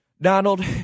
Donald